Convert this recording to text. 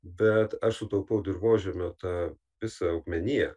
bet aš sutaupau dirvožemio tą visą augmeniją